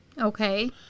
okay